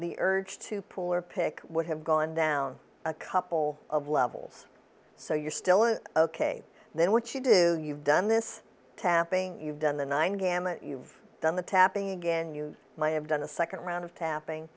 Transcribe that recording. the urge to pull or pick would have gone down a couple of levels so you're still an ok then what you do you've done this tapping you've done the nine gamut you've done the tapping again you might have done a second round of tapping